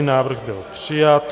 Návrh byl přijat.